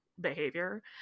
behavior